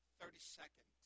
thirty-second